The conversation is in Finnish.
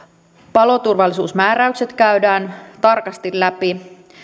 paloturvallisuusmääräykset käydään tarkasti läpi